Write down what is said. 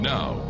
Now